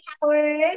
Howard